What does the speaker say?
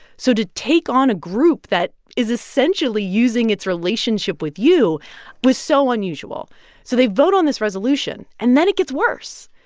so to take on a group that is essentially using its relationship with you was so unusual so they vote on this resolution, and then it gets worse.